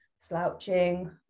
slouching